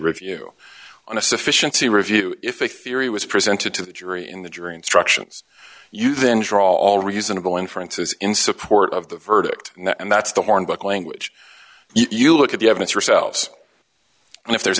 review on a sufficiency review if a theory was presented to the jury in the jury instructions you then draw all reasonable inferences in support of the verdict and that's the hornbook language you look at the evidence for selves and if there's